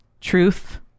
truth